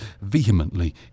vehemently